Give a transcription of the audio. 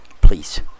Please